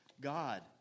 God